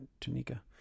tunica